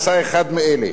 עשה אחד מאלה: